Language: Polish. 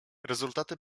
rezultaty